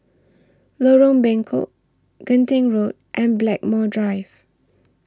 Lorong Bengkok Genting Road and Blackmore Drive